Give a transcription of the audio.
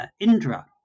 Indra